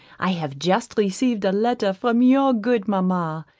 i have just received a letter from your good mama,